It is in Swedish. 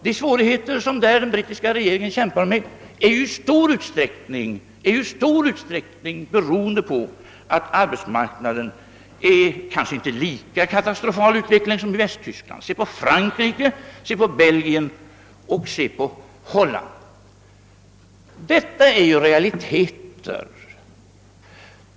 De svårigheter som den brittiska regeringen kämpar med är i stor utsträckning beroende på utvecklingen på arbetsmarknaden, som dock kanske inte är lika katastrofal som i Västtyskland. Se på Frankrike, se på Belgien och se på Holland! Detta är realiteter.